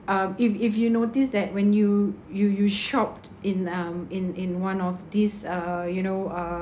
um if if you notice that when you you you shop in um in in one of these uh you know uh